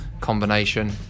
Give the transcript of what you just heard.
combination